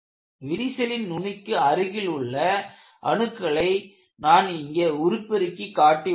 விரிசலின் நுனிக்கு அருகில் உள்ள அணுக்களை நான் இங்கே உருப்பெருக்கி காட்டியுள்ளேன்